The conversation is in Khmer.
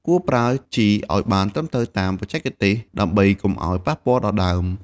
គួរប្រើជីឲ្យបានត្រឹមត្រូវតាមបច្ចេកទេស ដើម្បីកុំឲ្យប៉ះពាល់ដល់ដើម។